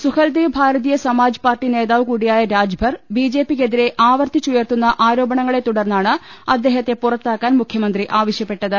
Suheldev Bharatiya Samaj party നേതാവ് കൂടിയായ രാജ്ഭർ ബിജെപിക്കെതിരെ ആവർത്തിച്ചു യർത്തുന്ന ആരോപണങ്ങളെ തുടർന്നാണ് അദ്ദേഹത്തെ പുറ ത്താക്കാൻ മുഖ്യമന്ത്രി ആവശ്യപ്പെട്ടത്